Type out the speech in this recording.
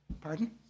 Pardon